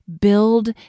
build